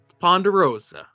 Ponderosa